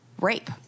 rape